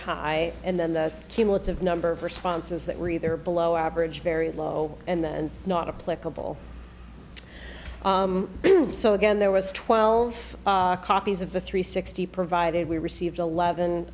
high and then the cumulative number of responses that were either below average very low and then not a clickable so again there was twelve copies of the three sixty provided we received eleven